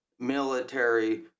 military